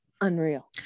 Unreal